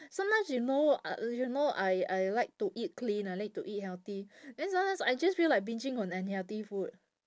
sometimes you know uh you know I I like to eat clean I like to eat healthy then sometimes I just feel like binging on unhealthy food